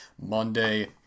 Monday